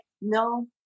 no